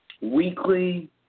weekly